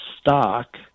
stock